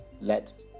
let